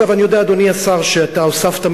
אגב, אני יודע, אדוני השר, שאתה הוספת מיטות.